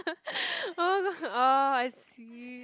oh god orh I see